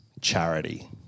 charity